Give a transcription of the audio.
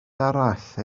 arall